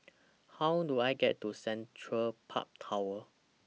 How Do I get to Central Park Tower